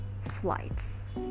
flights